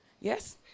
yes